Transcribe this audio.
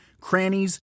crannies